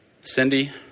Cindy